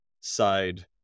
side